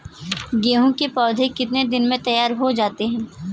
गेहूँ के पौधे कितने दिन में तैयार हो जाते हैं?